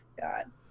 God